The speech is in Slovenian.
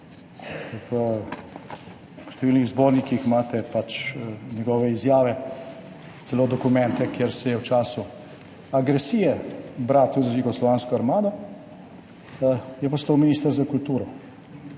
V številnih zbornikih imate njegove izjave, celo dokumente, kjer je v času agresije bratov z jugoslovansko armado postal minister za kulturo.